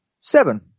Seven